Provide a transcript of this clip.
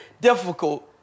difficult